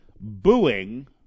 booing